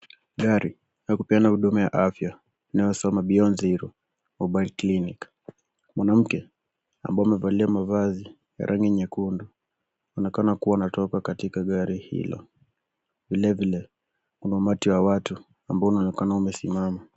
Gari la kupeana huduma ya afya inayosoma Beyond Zero Mobile Clinic . Mwanamke ambaye amevalia mavazi ya rangi nyekundu. Inaonekana kuwa ametoka katika gari hilo. Vilevile, kuna umati wa watu ambao unaonekana umesimama.